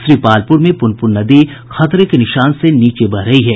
श्रीपालपुर में पुनपुन नदी खतरे के निशान से नीचे बह रही है